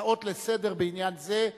הצעות לסדר-היום בעניין זה,